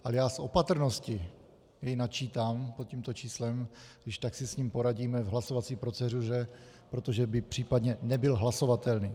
Já jej z opatrnosti načítám pod tímto číslem, když tak si s ním poradíme v hlasovací proceduře, protože by případně nebyl hlasovatelný.